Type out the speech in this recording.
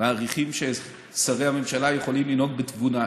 שמעריכים ששרי הממשלה יכולים לנהוג בתבונה.